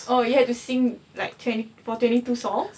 oh you had to sing like twenty for twenty two songs